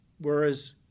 Whereas